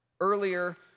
Earlier